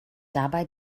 dabei